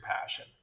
passion